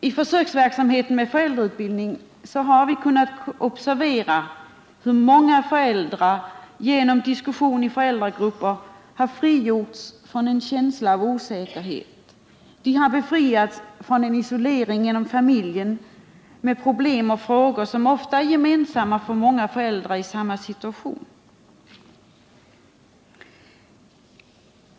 I försöksverksamheten med föräldrautbildning har vi kunnat observera hur många föräldrar genom diskussion i föräldragrupper frigjorts från en känsla av osäkerhet och befriats från en isolering inom familjen med problem och frågor som ofta är gemensamma för många föräldrar i samma situation.